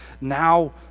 now